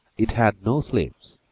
it had no sleeves,